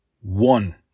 one